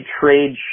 trade